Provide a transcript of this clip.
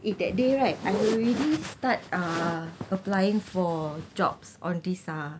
if that day right I already start uh applying for jobs on this uh